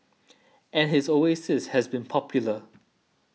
and his oasis has been popular